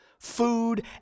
food